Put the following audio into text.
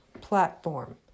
platform